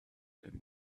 and